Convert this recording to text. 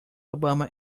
obama